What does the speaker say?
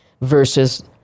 versus